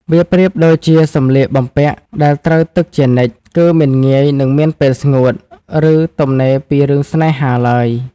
វាប្រៀបដូចជាសម្លៀកបំពាក់ដែលត្រូវទឹកជានិច្ច គឺមិនងាយនឹងមានពេលស្ងួត ឬទំនេរពីរឿងស្នេហាឡើយ។